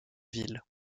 ville